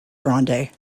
grande